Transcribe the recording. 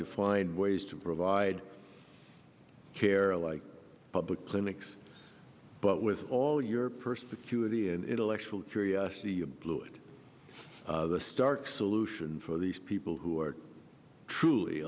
to find ways to provide care like public clinics but with all your persecutory and intellectual curiosity you blew it the stark solution for these people who are truly